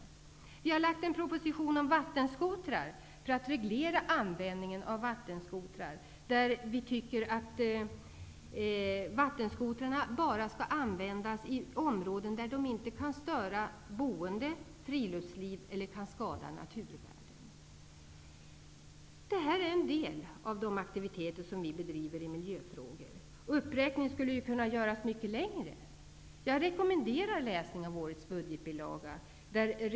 Regeringen har lagt fram en proposition om att reglera användningen av vattenskotrar. Vi tycker att vattenskotrar bara skall användas i områden där de inte kan störa boende, friluftsliv eller skada naturvärden. Det här är en del av de aktiviteter som vi bedriver i miljöfrågor. Uppräkningen skulle kunna göras mycket längre. Jag rekommenderar läsning av årets budgetbilaga från Miljö och naturresursdepartementet.